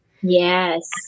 yes